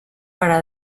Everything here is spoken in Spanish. para